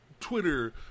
Twitter